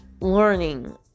learning